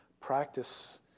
practice